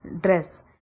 dress